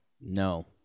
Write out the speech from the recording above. No